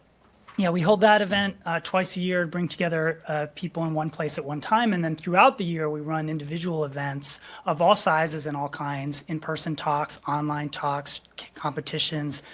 yeah we hold that event twice a year to bring together people in one place at one time and then throughout the year, we run individual events of all sizes and all kinds in person talks, online talks, competitions,